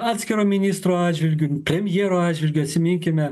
atskiro ministro atžvilgiu premjero atžvilgiu atsiminkime